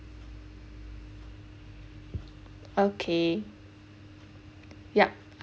okay yup